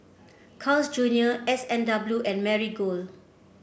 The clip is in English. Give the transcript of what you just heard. Carl's Junior S and W and Marigold